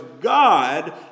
God